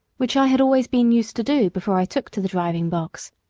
which i had always been used to do before i took to the driving box.